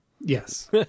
Yes